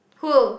who